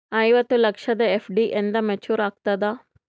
ಐವತ್ತು ಲಕ್ಷದ ಎಫ್.ಡಿ ಎಂದ ಮೇಚುರ್ ಆಗತದ?